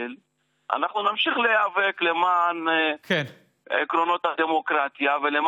אנחנו רואים בזמן האחרון עוד ועוד